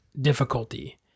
difficulty